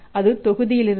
அது தொகுதியிலிருந்து